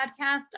podcast